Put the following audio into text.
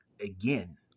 again